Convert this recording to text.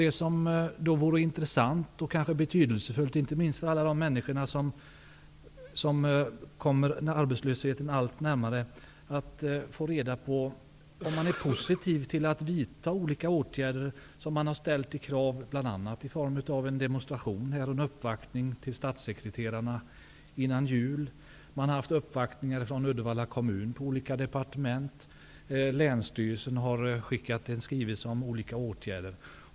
Det som då vore intressant och betydelsefullt att få reda på, inte minst för alla de människor som kommer arbetslösheten allt närmare, är huruvida regeringen är positiv till att vidta olika åtgärder som krävts, bl.a. i en demonstration och i en uppvaktning av statssekreterarna före jul. Det har förekommit uppvaktningar från Uddevalla kommun på olika departement och länsstyrelsen har skickat en skrivelse om olika åtgärder.